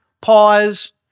pause